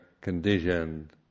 conditioned